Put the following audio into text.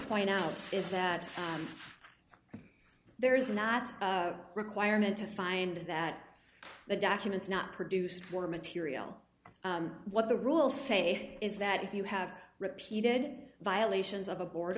point out is that there is not a requirement to find that the documents not produced more material what the rules say is that if you have repeated violations of a board